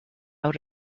out